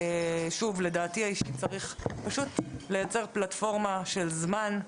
לדעתי האישית צריך לייצר פלטפורמה של זמן,